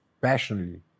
passionately